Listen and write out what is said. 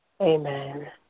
Amen